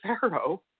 pharaoh